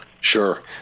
Sure